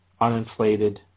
uninflated